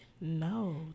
No